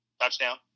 touchdown